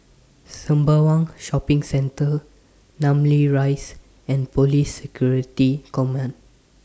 Sembawang Shopping Centre Namly Rise and Police Security Command